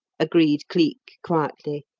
agreed cleek, quietly.